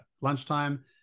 lunchtime